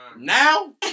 Now